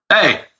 hey